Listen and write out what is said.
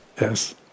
Yes